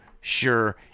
sure